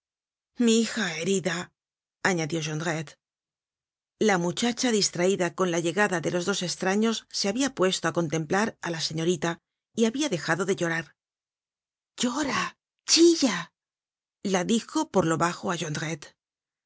mi hija herida añadió jondrette la muchacha distraida con la llegada de los dos estraños se habia puesto á contemplar á la señorita y habia dejado de llorar llora chilla la dijo por lo bajo jondrette y